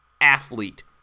athlete